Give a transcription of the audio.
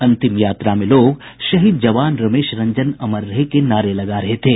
अंतिम यात्रा में लोग शहीद जवान रमेश रंजन अमर रहे के नारे लगा रहे थे